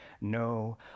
no